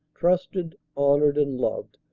trusted, honored and loved,